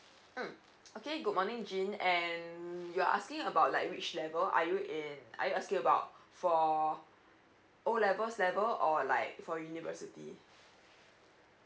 mm okay good morning jean and you're asking about like which level are you in are you asking about for o levels level or like for university